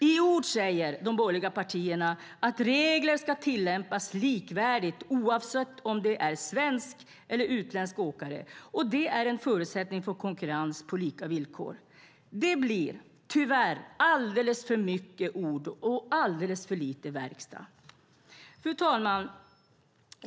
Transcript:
I ord säger de borgerliga partierna att regler ska tillämpas likvärdigt oavsett om det är en svensk eller utländsk åkare och att det är en förutsättning för konkurrens på lika villkor. Det blir tyvärr alldeles för mycket ord och alldeles för lite verkstad. Fru talman!